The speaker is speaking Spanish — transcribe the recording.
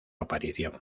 aparición